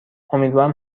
امیدوارم